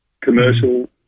commercial